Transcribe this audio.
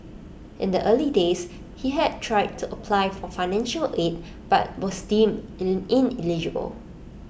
in the early days he had tried to apply for financial aid but was deemed ineligible